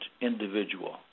individual